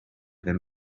than